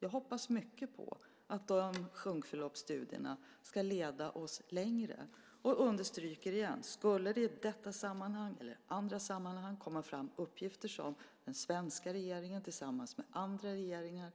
Jag hoppas mycket på att de sjunkförloppsstudierna ska leda oss längre och understryker igen att om det i detta eller andra sammanhang skulle komma fram uppgifter som leder den svenska regeringen tillsammans med andra regeringar